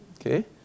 okay